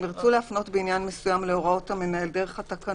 אם ירצו להפנות בעניין מסוים להוראות המנהל דרך התקנות,